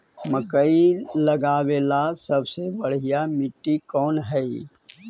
मकई लगावेला सबसे बढ़िया मिट्टी कौन हैइ?